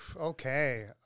Okay